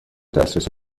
دسترسی